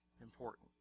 important